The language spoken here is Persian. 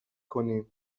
کنیم